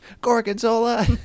Gorgonzola